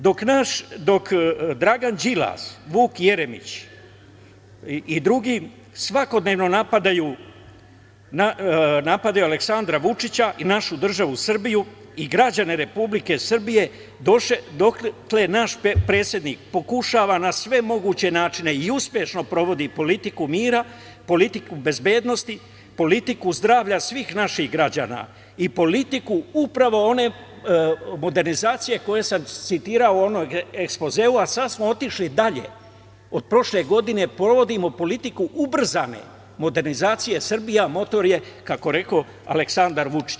Dok Dragan Đilas, Vuk Jeremić i drugi svakodnevno napadaju Aleksandra Vučića i državu Srbiju, i građane republike Srbije, dotle naš predsednik pokušava na sve moguće načine i uspešno provodi politiku mira, politiku bezbednosti i politiku zdravlja svih naših građana, i politiku upravo one modernizacije koju sam citirao u onom ekspozeu, a sada smo otišli dalje, od prošle godine provodimo politiku ubrzane modernizacije Srbija, motor je, Aleksandar Vučić.